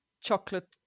chocolate